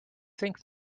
think